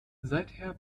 seither